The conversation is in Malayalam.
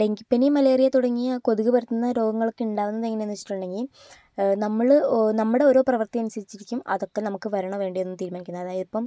ഡെങ്കിപ്പനി മലേറിയ തുടങ്ങിയ കൊതുക് പരത്തുന്ന രോഗങ്ങളൊക്കെ ഉണ്ടാവുന്നത് എങ്ങനെയാണെന്നു വെച്ചിട്ടുണ്ടെങ്കിൽ നമ്മൾ നമ്മുടെ ഓരോ പ്രവൃത്തി അനുസരിച്ച് ഇരിക്കും അതൊക്കെ നമുക്ക് വരണോ വേണ്ടയോ എന്ന് തീരുമാനിക്കുന്നത് അതായത് ഇപ്പോൾ